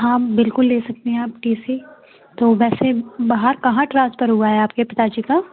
हाँ बिल्कुल ले सकते है आप टी सी तो वैसे बाहर कहाँ ट्रांसफर हुआ है आपके पिताजी का